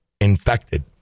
infected